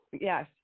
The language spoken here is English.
Yes